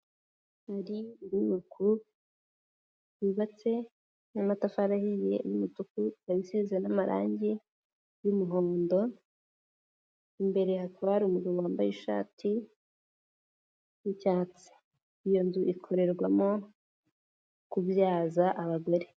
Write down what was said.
Hari inyubako yubatse n'amatafari ahiye n'umutuku, ikaba isize n'amarangi y'umuhondo, imbere hakaba hari umuntu wambaye ishati y'icyatsi. Iyo nzu ikorerwamo kubyaza abagore.